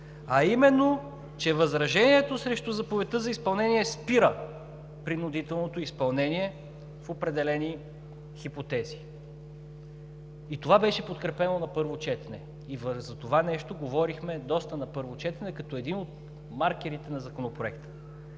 а именно, че възражението срещу заповедта за изпълнение спира принудителното изпълнение в определени хипотези, което беше подкрепено на първо четене. За това нещо говорихме доста на първо четене, като един от маркерите на Законопроекта.